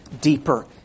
deeper